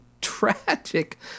tragic